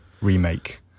remake